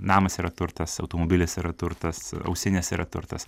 namas yra turtas automobilis yra turtas ausinės yra turtas